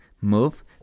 move